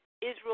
Israel